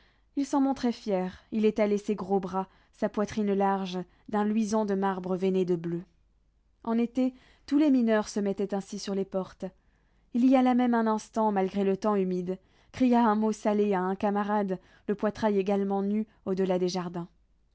il s'en montrait fier il étalait ses gros bras sa poitrine large d'un luisant de marbre veiné de bleu en été tous les mineurs se mettaient ainsi sur les portes il y alla même un instant malgré le temps humide cria un mot salé à un camarade le poitrail également nu au-delà des jardins